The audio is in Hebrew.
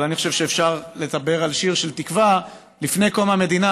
אבל אני חושב שאפשר לדבר על שיר של תקווה לפני קום המדינה,